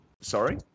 Sorry